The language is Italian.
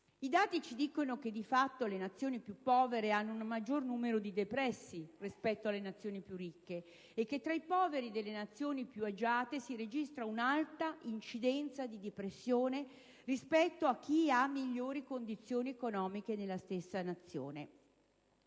I dati ci dicono che di fatto le Nazioni più povere hanno un maggior numero di depressi rispetto a quelle più ricche e che tra i poveri delle Nazioni più agiate si registra un'alta incidenza di depressione rispetto a chi ha migliori condizioni economiche nella stessa Nazione.